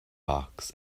box